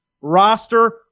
roster